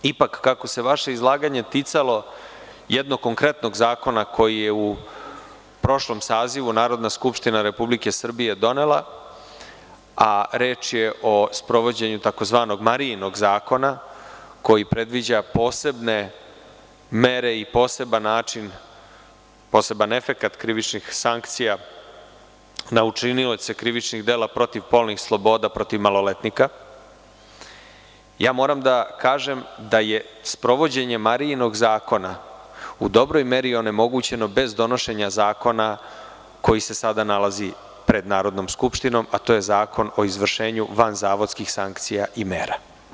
Ipak, kako se vaše izlaganje ticalo jednog konkretnog zakona koji je u prošlom sazivu Narodne skupštine Republike Srbije donela, a reč je o sprovođenju tzv. Marijinog zakona, koji predviđa posebne mere i poseban način, poseban efekat krivičnih sankcija na učinioce krivičnih dela protiv polnih sloboda, protiv maloletnika, moram da kažem da je sprovođenje Marijinog zakona u dobroj meri onemogućeno bez donošenja zakona koji se sada nalazi pred Narodnom skupštinom, a to je Zakon o izvršenju vanzavodskih sankcija i mera.